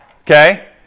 Okay